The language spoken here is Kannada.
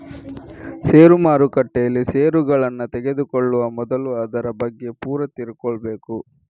ಷೇರು ಮಾರುಕಟ್ಟೆಯಲ್ಲಿ ಷೇರುಗಳನ್ನ ತೆಗೆದುಕೊಳ್ಳುವ ಮೊದಲು ಅದರ ಬಗ್ಗೆ ಪೂರ ತಿಳ್ಕೊಬೇಕು